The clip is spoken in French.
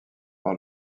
par